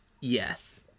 Yes